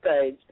page